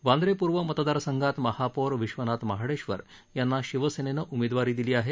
वांद्रे पूर्व मतदारसंघात महापौर विश्वनाथ महाडेश्वर यांना शिवसेनेनं उमेदवारी दिली आहे